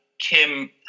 Kim